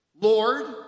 Lord